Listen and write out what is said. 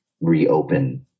reopen